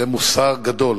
וזה מוסר גדול: